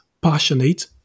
passionate